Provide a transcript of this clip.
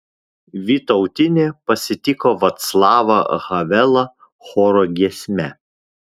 vytautinė pasitiko vaclavą havelą choro giesme